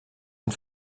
und